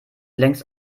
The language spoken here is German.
längst